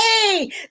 hey